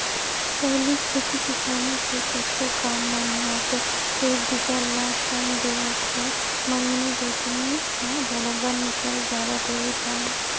पहिली खेती किसानी के कतको काम मन ह तो एक दूसर ल संग देवत होवय मंगनी जचनी म बरोबर निकल जावत रिहिस हवय